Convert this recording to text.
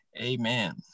Amen